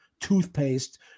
toothpaste